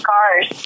Cars